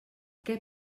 què